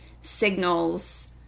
signals